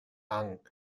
ann